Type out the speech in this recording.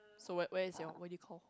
so where where is your where do you call